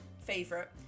favorite